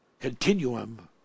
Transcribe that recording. continuum